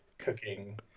cooking